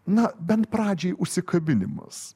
na bent pradžiai užsikabinimas